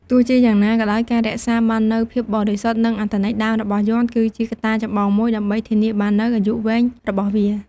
ទោះជាយ៉ាងណាក៏ដោយ ការរក្សាបាននូវភាពបរិសុទ្ធ និងអត្ថន័យដើមរបស់យ័ន្ត គឺជាកត្តាចម្បងមួយដើម្បីធានាបាននូវអាយុវែងរបស់វា។